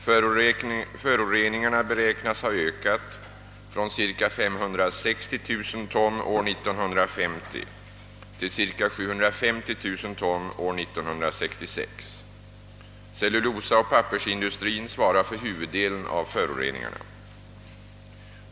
Föroreningarna beräknas ha ökat från cirka 560 000 ton år 1950 till cirka 750 000 ton år 1966. Cellulosaoch pappersindustrin svarar för huvuddelen av föroreningarna.